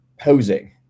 posing